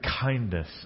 kindness